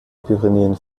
pyrenäen